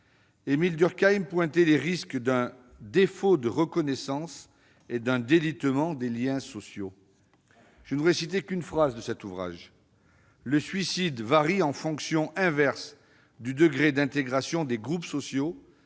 Il y pointait les risques d'un défaut de reconnaissance et d'un délitement des liens sociaux. Je ne citerai qu'une phrase de cet ouvrage :« Le suicide varie en fonction inverse du degré d'intégration des groupes sociaux